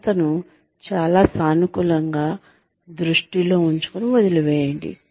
సంస్థను చాలా సానుకూలంగా దృష్టిలో ఉంచుకుని వదిలివేయండి